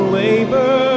labor